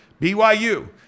BYU